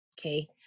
okay